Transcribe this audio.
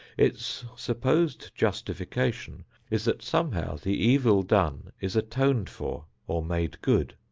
its supposed justification is that somehow the evil done is atoned for, or made good,